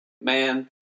man